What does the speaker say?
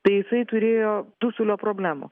tai jisai turėjo dusulio problemų